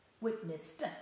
witnessed